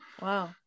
wow